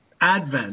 advent